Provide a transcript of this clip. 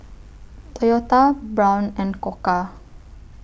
Toyota Braun and Koka